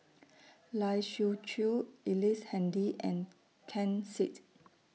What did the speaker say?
Lai Siu Chiu Ellice Handy and Ken Seet